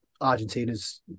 Argentina's